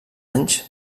anys